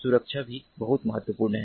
सुरक्षा भी बहुत महत्वपूर्ण है